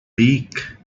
beak